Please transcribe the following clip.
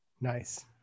Nice